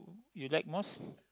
you like most